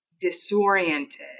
disoriented